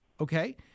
okay